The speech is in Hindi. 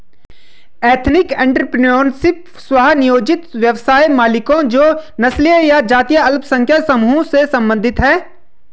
एथनिक एंटरप्रेन्योरशिप, स्व नियोजित व्यवसाय मालिकों जो नस्लीय या जातीय अल्पसंख्यक समूहों से संबंधित हैं